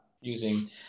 using